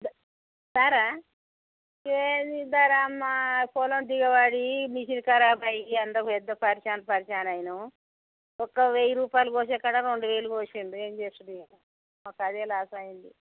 ధర ఏమి ధర అమ్మ పొలం దిగుబడి మిషన్ కరాబ్ అయ్యి అంతా పెద్ద పరేషాన్ పరేషాన్ అయినాం ఒక వెయ్యి రూపాయలు కోసేకాడ రెండు వేలు కోసిండ్రు ఏమి చేసుడో ఏమో మాకు అదే లాస్ అయ్యింది అందుకే